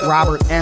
Robert